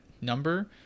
number